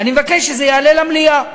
אני מבקש שזה יעלה למליאה.